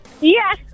Yes